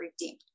redeemed